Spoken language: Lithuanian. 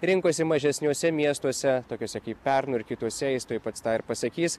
rinkosi mažesniuose miestuose tokiuose kaip pernu ir kituose jis tuoj pats tą ir pasakys